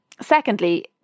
Secondly